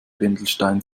wendelstein